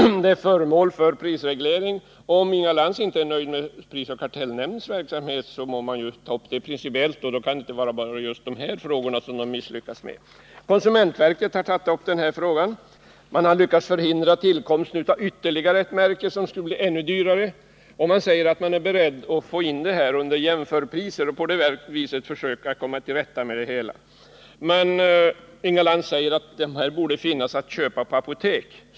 Dessa varor är föremål för prisreglering. Om Inga Lantz inte är nöjd med prisoch kartellnämndens verksamhet må hon ta upp saken principiellt — det kan ju då inte gärna vara bara dessa varor som man har misslyckats med. Även konsumentverket har tagit uop frågan. Man har lyckats förhindra tillkomsten av ytterligare ett märke, som skulle bli ännu dyrare. Verket säger att man ämnar utvidga gällande regler beträffande jämförpriser till att också omfatta dessa varor. Inga Lantz säger att det här borde finnas att köpa på apotek.